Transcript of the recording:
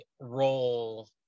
role